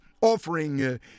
offering